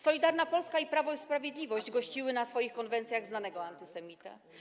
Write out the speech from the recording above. Solidarna Polska i Prawo i Sprawiedliwość gościły na swoich konwencjach znanego antysemitę.